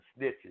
snitches